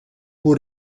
pur